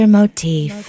motif